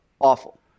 awful